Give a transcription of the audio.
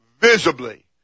visibly